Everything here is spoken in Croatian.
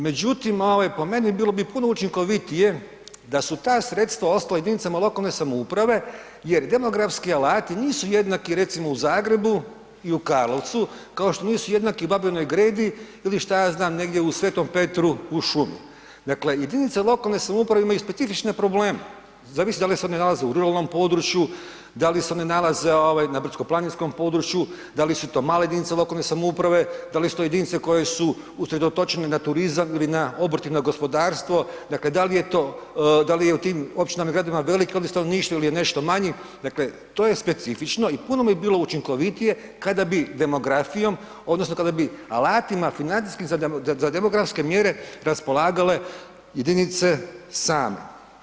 Međutim, ovaj po meni bilo bi puno učinkovitije da su ta sredstva ostala jedinicama lokalne samouprave jer demografski alati nisu jednaki recimo u Zagrebu i u Karlovcu, kao što nisu jednaki u Babinoj Gredi ili šta ja znam negdje u Sv. Petru u šumi, dakle jedinice lokalne samouprave imaju specifične probleme, zavisi da li se one nalaze u ruralnom području, da li se one nalaze ovaj na brdsko planinskom području, da li su to male jedinice lokalne samouprave, da li su to jedinice koje su usredotočene na turizam ili na obrt i na gospodarstvo, da li je to, da li je u tim općinama i gradovima velik odliv stanovništva il je nešto je manji, dakle to je specifično i puno bi bilo učinkovitije kada bi demografijom odnosno kada bi alatima financijskim za demografske mjere raspolagale jedinice same.